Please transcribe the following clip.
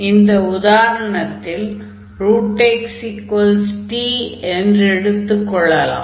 ஆகையால் இந்த உதாரணத்தில் xt என்று எடுத்துக் கொள்ளலாம்